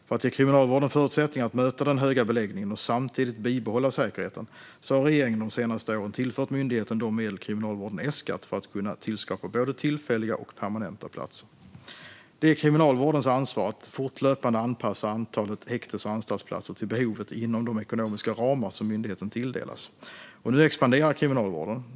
För att ge Kriminalvården förutsättningar att möta den höga beläggningen och samtidigt bibehålla säkerheten har regeringen de senaste åren tillfört myndigheten de medel som Kriminalvården äskat för att kunna tillskapa både tillfälliga och permanenta platser. Det är Kriminalvårdens ansvar att fortlöpande anpassa antalet häktes och anstaltsplatser till behovet inom de ekonomiska ramar som myndigheten tilldelas. Nu expanderar Kriminalvården.